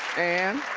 and,